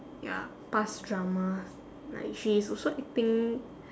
ya past drama like she's also acting